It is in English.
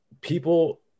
People